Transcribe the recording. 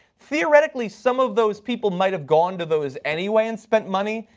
theoretically some of those people might have gone to those anyway and spent money.